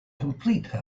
complete